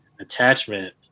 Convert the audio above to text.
attachment